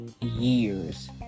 years